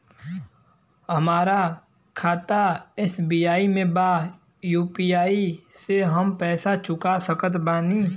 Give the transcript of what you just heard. हमारा खाता एस.बी.आई में बा यू.पी.आई से हम पैसा चुका सकत बानी?